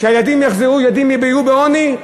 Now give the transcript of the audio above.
שהילדים יחזרו, הילדים יהיו בעוני?